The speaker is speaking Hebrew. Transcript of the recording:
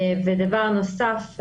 דבר נוסף,